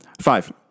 Five